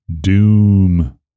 Doom